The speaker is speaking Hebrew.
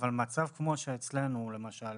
מצב כמו שאצלנו למשל